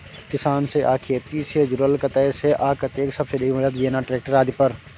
किसान से आ खेती से जुरल कतय से आ कतेक सबसिडी मिलत, जेना ट्रैक्टर आदि पर?